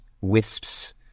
wisps